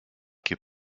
est